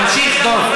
תמשיך, דב.